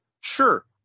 sure